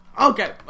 Okay